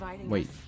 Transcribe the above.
wait